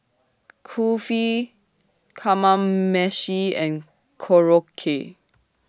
Kulfi Kamameshi and Korokke